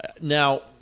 Now